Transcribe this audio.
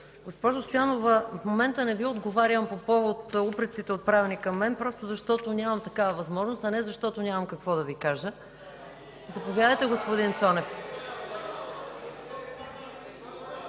Госпожо Стоянова, в момента не Ви отговарям по повод упреците, отправени към мен просто защото нямам такава възможност, а не защото нямам какво да Ви кажа. (Шум и реплики от